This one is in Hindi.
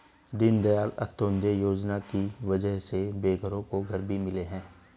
दीनदयाल अंत्योदय योजना की वजह से बेघरों को घर भी मिले हैं